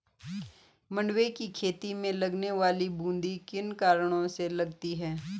मंडुवे की खेती में लगने वाली बूंदी किन कारणों से लगती है?